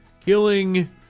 Killing